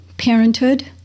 parenthood